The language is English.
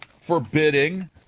forbidding